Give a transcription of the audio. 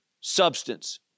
substance